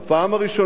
הפעם הראשונה,